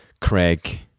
Craig